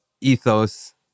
ethos